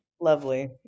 lovely